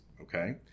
okay